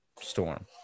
storm